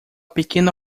pequena